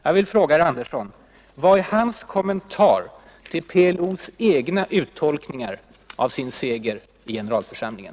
Jag vill fråga herr Andersson: Vad är hans kommentar till PLO:s egna uttolkningar av sin seger i generalförsamlingen?